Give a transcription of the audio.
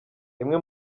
imwe